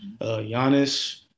Giannis